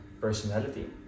personality